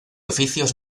oficios